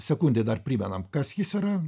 sekundei dar primenam kas jis yra